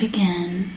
Begin